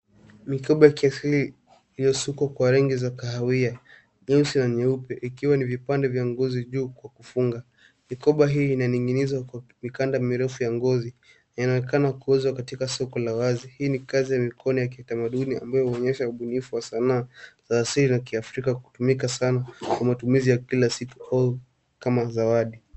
Mikoba ya kiasili iliyosukwa kwa rangi za kahawia, nyeusi na nyeupe ikiwa ni vipande vya ngozi juu kwa kufungwa. Mikoba hii inaning'inizwa kwa mikanda mirefu ya ngozi inaonekana kuuzwa katika soko la wazi. Hii ni kazi ya mikono ya kitamaduni ambayo huonyesha ubunifu wa sanaa za asili ya Kiafrika kutumika sana kwa matumizi ya kila siku kama zawadi.